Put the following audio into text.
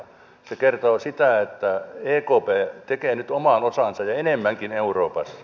se kertoo sitä että ekp tekee nyt oman osansa ja enemmänkin euroopassa